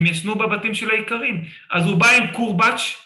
‫הם ישנו בבתים של האיכרים. ‫אז הוא בא עם קורבץ'.